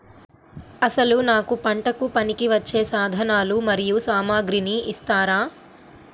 అసలు నాకు పంటకు పనికివచ్చే సాధనాలు మరియు సామగ్రిని ఇస్తారా?